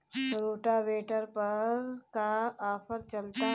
Rotavator पर का offer चलता?